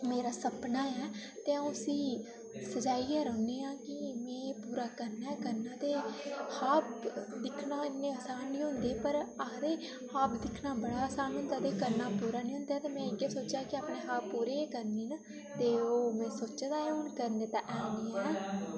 मेरा सपना ऐ ते अ'ऊं इसी सजाइयै रौंह्न्नी आं कि में पूरा करना ऐ करना ऐ ते खाब दिक्खना इ'न्ना आसान निं होंदे पर आखदे खाब दिक्खना बड़ा आसान होंदा ते करना पूरा निं होंदा ऐ ते में एह् सोचेआ कि खाब पूरे करने न ते ओह् में सोचे दा ऐ हून ते करने ऐ गै हैन